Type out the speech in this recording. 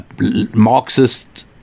Marxist